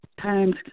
times